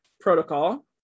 protocol